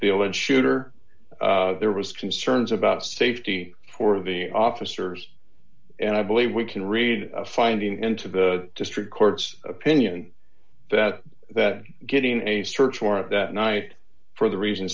alleged shooter there was concerns about safety for the officers and i believe we can read a finding into the district court's opinion that that getting a search warrant that night for the reason